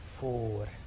four